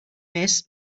mes